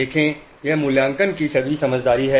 देखें यह मूल्यांकन की सभी समझदारी है